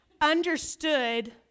understood